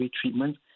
treatment